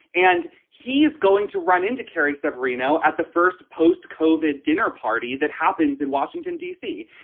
and he is going to run into carrie severino at the first post kovik dinner party that happens in washington, d c.